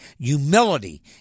humility